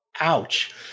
Ouch